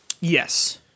yes